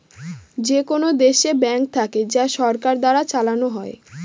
যেকোনো দেশে ব্যাঙ্ক থাকে যা সরকার দ্বারা চালানো হয়